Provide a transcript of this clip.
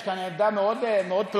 יש כאן עמדה מאוד פרוגרסיבית,